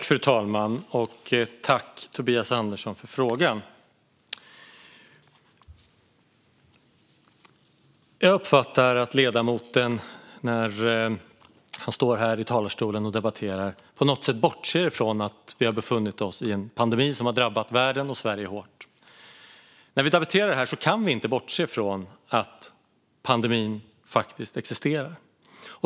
Fru talman! Tack, Tobias Andersson, för frågorna! Jag uppfattar att ledamoten, när han står här i talarstolen och debatterar, på något sätt bortser från att vi har befunnit oss i en pandemi som har drabbat världen och Sverige hårt. Men när vi debatterar det här kan vi inte bortse från att pandemin faktiskt existerar.